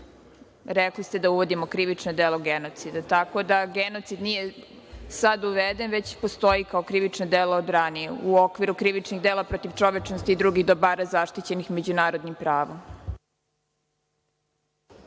Rekli ste da uvodimo krivično delo genocida. Tako da genocid nije sad uveden, već postoji kao krivično delo od ranije u okviru krivičnih dela protiv čovečnosti i drugih dobara zaštićenih međunarodnim pravom.